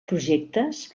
projectes